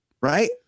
right